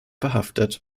verhaftet